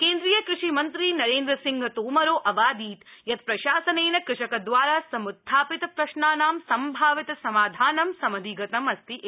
केन्द्रीय कृषि मन्त्री नरेन्द्रसिंह तोमरो अवादीत ययत प्रशासनेन कृषकद्वारा सम्त्थापित प्रश्नानां सम्भावित समाधानं समधिगतं अस्ति इति